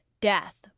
death